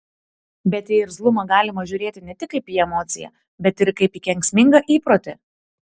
bet į irzlumą galima žiūrėti ne tik kaip į emociją bet ir kaip į kenksmingą įprotį